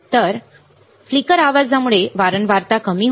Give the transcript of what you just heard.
तर फ्लिकर आवाज यामुळे वारंवारता कमी होते